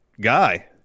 guy